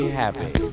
happy